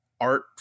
art